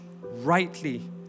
rightly